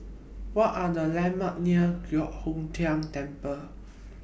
What Are The landmarks near Giok Hong Tian Temple